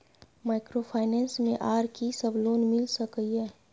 Microfinance मे आर की सब लोन मिल सके ये?